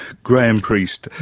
graham priest,